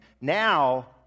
Now